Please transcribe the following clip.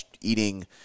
eating